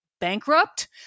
bankrupt